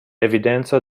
evidenza